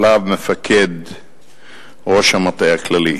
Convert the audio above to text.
שעליו מפקד ראש המטה הכללי.